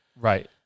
right